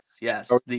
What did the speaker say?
Yes